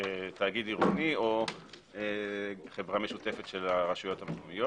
תאגיד עירוני או חברה משותפת של הרשויות המקומיות